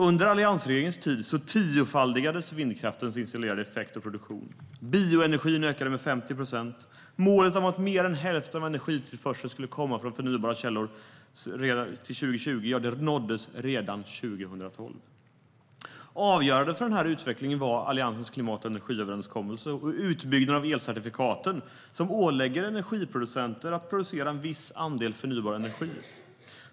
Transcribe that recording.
Under alliansregeringens tid tiofaldigades vindkraftens installerade effekt och produktion, och bioenergin ökade med över 50 procent. Målet om att mer än hälften av energitillförseln skulle komma från förnybara källor till 2020 nåddes redan 2012. Avgörande för denna utveckling är Alliansens energiöverenskommelse och utbyggnaden av elcertifikaten, som ålägger energiproducenter att producera en viss andel förnybar energi.